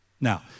Now